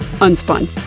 Unspun